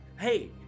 hey